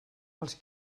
els